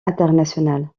internationales